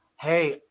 Hey